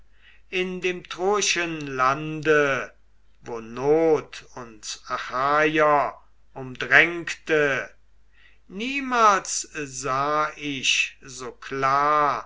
in dem troischen lande wo not uns achaier umdrängte niemals sah ich so klar